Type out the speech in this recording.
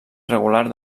regular